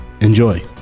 Enjoy